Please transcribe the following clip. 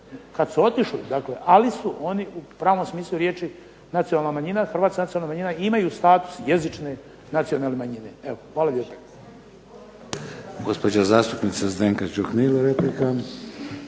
kad su otišli dakle, ali su oni u pravnom smislu riječi hrvatska nacionalna manjina i imaju status jezične nacionalne manjine. Evo, hvala lijepo.